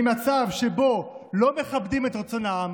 ממצב שבו לא מכבדים את רצון העם,